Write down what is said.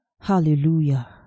Hallelujah